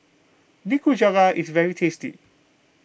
Nikujaga is very tasty